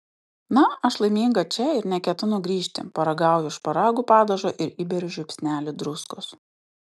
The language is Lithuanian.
na aš laiminga čia ir neketinu grįžti paragauju šparagų padažo ir įberiu žiupsnelį druskos